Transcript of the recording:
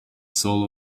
soul